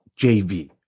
JV